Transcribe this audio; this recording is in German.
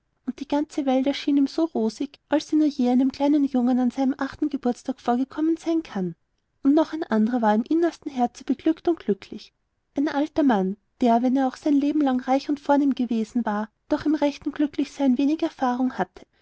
und die ganze welt erschien ihm so rosig als sie nur je einem kleinen jungen an seinem achten geburtstag vorgekommen sein kann und noch ein andrer war im innersten herzen beglückt und glücklich ein alter mann der wenn er auch sein lebenlang reich und vornehm gewesen war doch im rechten glücklichsein wenig erfahrung hatte